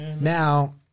Now